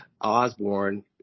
Osborne